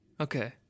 okay